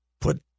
put